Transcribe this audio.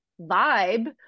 vibe